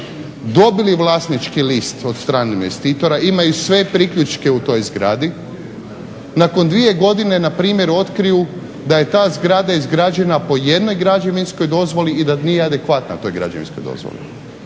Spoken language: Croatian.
dobili vlasnički list od stane investitora imaju sve priključke u toj zgradi. Nakon 2 godine na primjeru otkriju da je ta zgrada izgrađena po jednoj građevinskoj dozvoli i da nije adekvatna toj građevinskoj dozvolit.